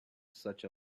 such